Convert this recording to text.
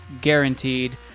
guaranteed